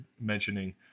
mentioning